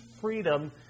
freedom